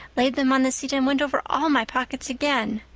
laid them on the seat, and went over all my pockets again.